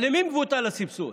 אבל למי מבוטל הסבסוד?